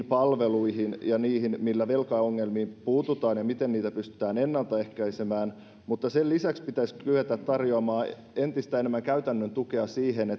palveluihin ja niihin keinoihin millä velkaongelmiin puututaan ja miten niitä pystytään ennaltaehkäisemään mutta sen lisäksi pitäisi kyetä tarjoamaan entistä enemmän käytännön tukea